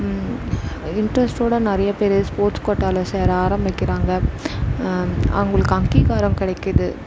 இன்ட்ரஸ்ட்டோடய நிறைய பேர் ஸ்போர்ட்ஸ் கோட்டாவில் சேர ஆரம்பிக்கிறாங்க அவங்களுக்கு அங்கீகாரம் கிடைக்கிது